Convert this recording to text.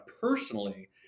personally